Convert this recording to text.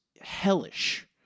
hellish